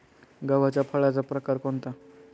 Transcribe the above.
गव्हाच्या फळाचा प्रकार कोणता?